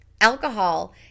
Alcohol